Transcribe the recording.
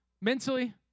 mentally